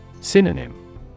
Synonym